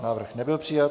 Návrh nebyl přijat.